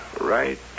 right